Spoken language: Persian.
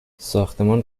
ساختمان